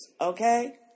Okay